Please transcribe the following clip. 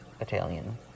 Italian